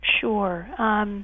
Sure